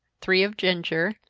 three of ginger,